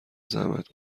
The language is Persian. زحمت